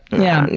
yeah,